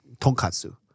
tonkatsu